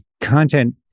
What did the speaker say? content